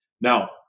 Now